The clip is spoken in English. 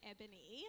Ebony